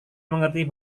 mengerti